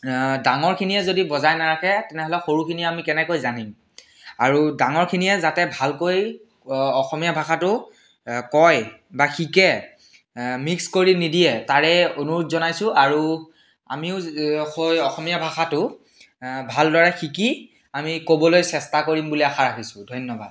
ডাঙৰখিনিয়ে যদি বজাই নাৰাখে তেনেহ'লে সৰুখিনিয়ে আমি কেনেকৈ জানিম আৰু ডাঙৰখিনিয়ে যাতে ভালকৈ অসমীয়া ভাষাটো কয় বা শিকে মিক্স কৰি নিদিয়ে তাৰে অনুৰোধ জনাইছোঁ আৰু আমিও যে হয় অসমীয়া ভাষাটো ভালদৰে শিকি আমি ক'বলৈ চেষ্টা কৰিম বুলি আশা ৰাখিছোঁ ধন্যবাদ